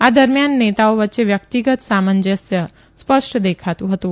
આ દરમિયાન નેતાઓ વચ્ચે વ્યકિતગત સામંજસ્ય સ્પષ્ટ દેખાતું હતું